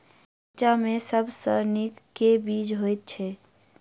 मिर्चा मे सबसँ नीक केँ बीज होइत छै?